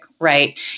right